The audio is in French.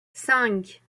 cinq